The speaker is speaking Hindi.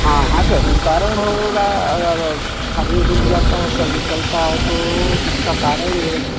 हाँ हाँ ज़रूर कारण होगा और कभी रुक जाता है कभी चलता है तो इसका कारण यह